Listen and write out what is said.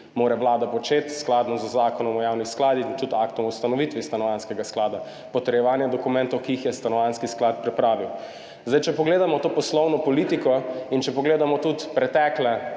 mora Vlada početi v skladu z zakonom o javnih skladih in tudi Aktom o ustanovitvi Stanovanjskega sklada, potrjevanje dokumentov, ki jih je Stanovanjski sklad pripravil. Če pogledamo to poslovno politiko in če pogledamo tudi pretekla